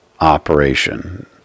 operation